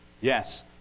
Yes